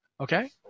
Okay